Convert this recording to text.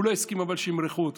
הוא לא הסכים שימרחו אותו.